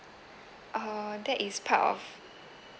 uh that is part of